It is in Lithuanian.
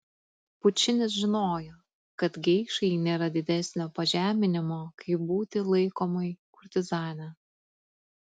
pučinis žinojo kad geišai nėra didesnio pažeminimo kaip būti laikomai kurtizane